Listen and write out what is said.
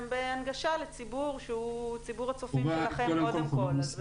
בהנגשה לציבור שהוא ציבור הצופים שלכם קודם כל.